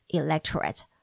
electorate